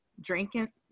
drinking